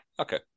Okay